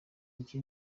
iki